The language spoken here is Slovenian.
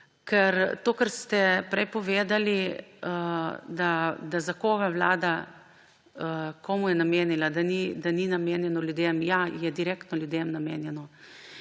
Ker to, kar ste prej povedali, komu je Vlada namenila, da ni namenjeno ljudem – ja, je direktno ljudem namenjeno.